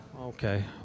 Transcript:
okay